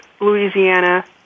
Louisiana